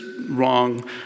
wrong